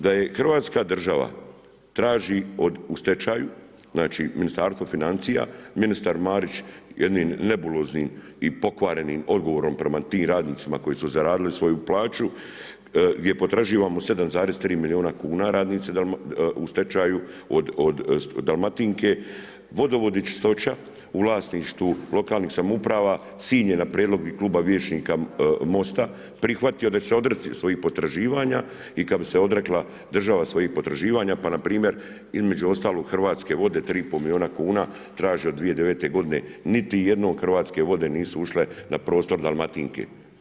Da hrvatska država traži u stečaju, znači Ministarstvo financija, ministar Marić jednim nebuloznim i pokvarenim odgovorom prema tim radnicima koji su zaradili svoju plaću gdje je potraživano 7,3 milijuna kuna radnici u stečaju od Dalmatinke, vodovod i čistoća u vlasništvu lokalnih samouprava, Sinj je na prijedlog i kluba vijećnika MOST-a prihvatio da će se odreći svojih potraživanja i kad bi se odrekla država svojih potraživanja pa npr. između ostalog Hrvatske vode 3,5 milijuna kuna, traže od 2009. godine, niti jednom Hrvatske vode nisu ušle na prostor Dalmatinke.